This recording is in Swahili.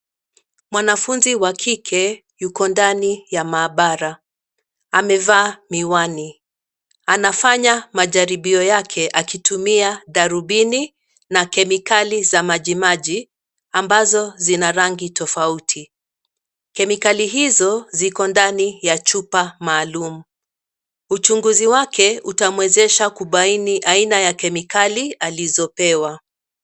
Mwanafunzi wa kike yuko ndani ya maabara, amevaa, miwani, anafanya majaribio yake akitumia darubini, na kemikali za maji maji, ambazo zina rangi tofauti, kemikali hizo, ziko ndani ya chupa maalum, uchunguzi wake, utamwezesha kubaini aina ya kemikali alizopewa.